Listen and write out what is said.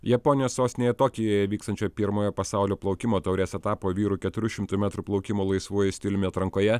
japonijos sostinėje tokijuje vykstančio pirmojo pasaulio plaukimo taurės etapo vyrų keturių šimtų metrų plaukimo laisvuoju stiliumi atrankoje